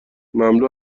مملو